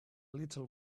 little